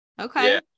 okay